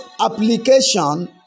application